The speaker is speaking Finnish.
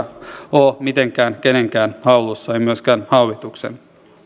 kyllä ole mitenkään kenenkään hallussa ei myöskään hallituksen